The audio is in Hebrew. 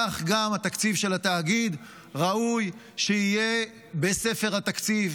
כך גם התקציב של התאגיד ראוי שיהיה בספר התקציב.